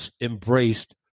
embraced